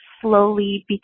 slowly